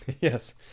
Yes